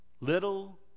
Little